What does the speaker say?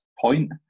point